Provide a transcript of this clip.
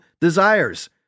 desires